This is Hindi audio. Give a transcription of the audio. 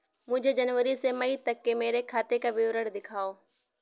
मुझे जनवरी से मई तक मेरे खाते का विवरण दिखाओ?